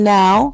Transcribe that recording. now